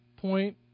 point